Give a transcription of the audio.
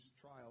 trial